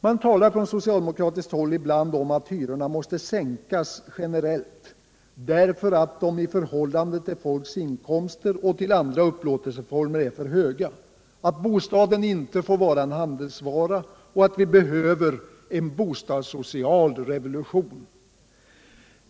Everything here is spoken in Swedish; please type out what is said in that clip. Man talar från socialdemokratiskt håll ibland om att hyrorna måste sänkas generellt därför att de i förhållande till folks inkomster och i förhållande till kostnaderna inom andra upplåtelseformer är för höga, att bostaden inte får vara en handelsvara och att vi behöver en bostadssocial revolution.